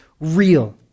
real